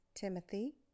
Timothy